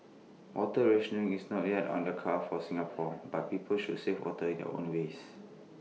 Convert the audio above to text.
water rationing is not yet on the cards for Singapore but people should save water in their own ways